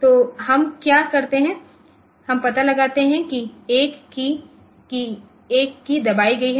तो हम क्या करते हैं हम पता लगाते हैं कि एक कीय दबाई गई है